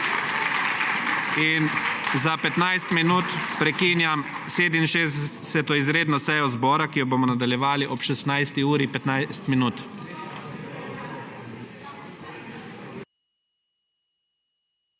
petnajst minut prekinjam 67. izredno sejo zbora, ki jo bomo nadaljevali ob 16 uri 15 minut.